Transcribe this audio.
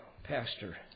Pastor